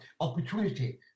opportunity